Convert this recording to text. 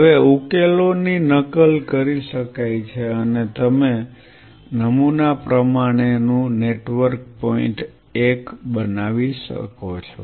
હવે ઉકેલો ની નકલ કરી શકાય છે અને નમૂના પ્રમાણેનું નેટવર્ક પોઇન્ટ 1 બનાવી શકાય છે